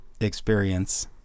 experience